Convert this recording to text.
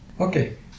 Okay